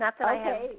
Okay